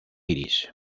iris